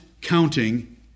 counting